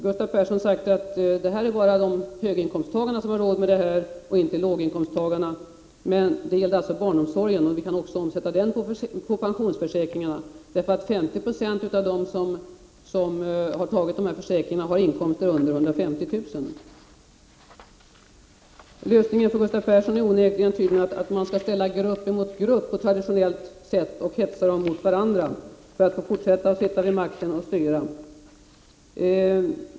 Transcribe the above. Gustav Persson har sagt att det är bara höginkomsttagarna som har råd med pensionsförsäkringar och inte låginkomsttagarna. Men nu gäller det alltså barnomsorgen. Vi kan också omsätta den på pensionsförsäkringarna. 50 20 av dem som har tagit dessa försäkringar har inkomster på under 150 000 kr. Lösningen för Gustav Persson är tydligen att man skall ställa grupp mot grupp på traditionellt sätt och hetsa dem mot varandra för att kunna fortsätta att sitta vid makten och styra.